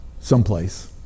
someplace